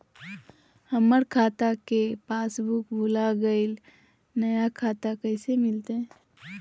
हमर खाता के पासबुक भुला गेलई, नया कैसे मिलतई?